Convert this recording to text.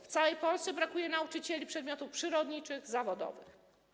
W całej Polsce brakuje nauczycieli przedmiotów przyrodniczych, zawodowych.